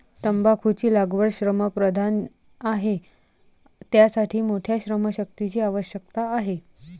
तंबाखूची लागवड श्रमप्रधान आहे, त्यासाठी मोठ्या श्रमशक्तीची आवश्यकता आहे